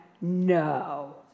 no